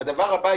הדבר הבא,